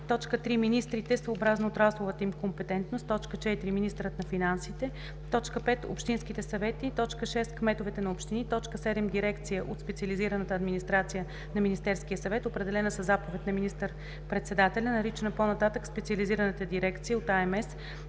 3. министрите, съобразно отрасловата им компетентност; 4. министърът на финансите; 5. общинските съвети; 6. кметовете на общини; 7. дирекция от специализираната администрация на Министерския съвет, определена със заповед на министър-председателя, наричана по-нататък „специализираната дирекция от АМС“;